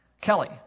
Kelly